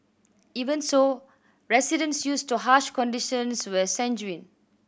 even so residents used to harsh conditions were sanguine